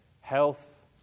Health